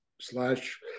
slash